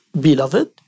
beloved